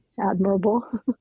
admirable